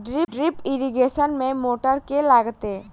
Drip irrigation मे motor केँ लागतै?